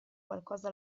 qualcosa